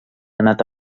anat